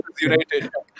United